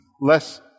less